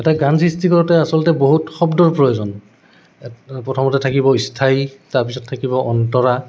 এটা গান সৃষ্টি কৰোঁতে আচলতে বহুত শব্দৰ প্ৰয়োজন প্ৰথমতে থাকিব স্থায়ী তাৰপিছত থাকিব অন্তৰা